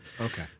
okay